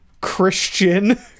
christian